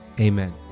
Amen